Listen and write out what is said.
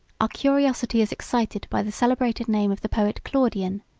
our curiosity is excited by the celebrated name of the poet claudian,